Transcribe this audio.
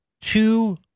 two